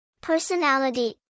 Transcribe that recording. Personality